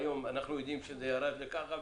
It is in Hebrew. ואנחנו יודעים שבשנים האחרונות זה היה אחרת,